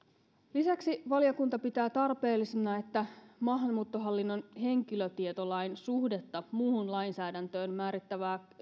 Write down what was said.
lisäksi valiokunta pitää tarpeellisena että maahanmuuttohallinnon henkilötietolain suhdetta muuhun lainsäädäntöön määrittävää